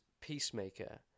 Peacemaker